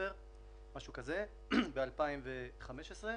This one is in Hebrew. דצמבר ב-2015,